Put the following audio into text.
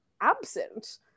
absent